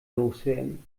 loswerden